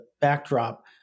backdrop